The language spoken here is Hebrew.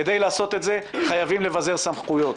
כדי לעשות את זה חייבים לבזר סמכויות.